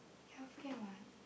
healthcare what